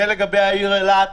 זה לגבי העיר אילת,